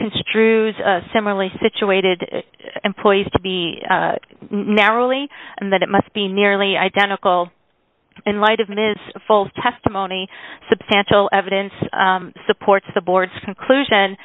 construes similarly situated employees to be narrowly and that it must be nearly identical in light of ms full testimony substantial evidence supports the board's conclusion